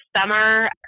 summer